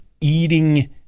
eating